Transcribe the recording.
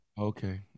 Okay